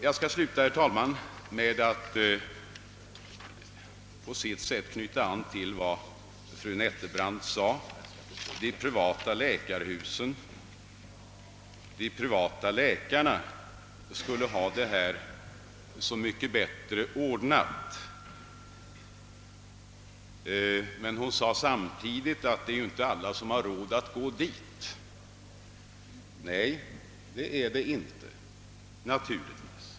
Jag vill sluta, herr talman, med att knyta an till vad fru Nettelbrandt sade om att de privatpraktiserande läkarna skulle ha ordnat det hela så mycket bättre. Hon framhöll emellertid samtidigt att alla inte har råd att gå dit. Nej, det är nog riktigt.